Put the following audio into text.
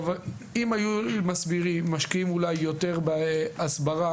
אם היו משקיעים אולי יותר בהסברה,